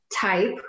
type